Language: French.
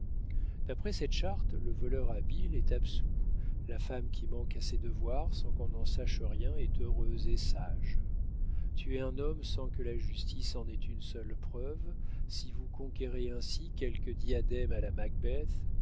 d'après cette charte le voleur habile est absous la femme qui manque à ses devoirs sans qu'on en sache rien est heureuse et sage tuez un homme sans que la justice en ait une seule preuve si vous conquérez ainsi quelque diadème à la macbeth